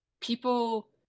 People